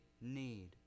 need